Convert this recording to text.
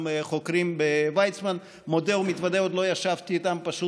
אני אשמח שאדוני ומזכירת הכנסת ישמעו.